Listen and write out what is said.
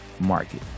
market